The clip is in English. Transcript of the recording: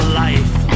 life